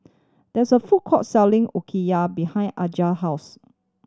there is a food court selling Okayu behind Alijah house